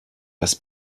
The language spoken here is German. was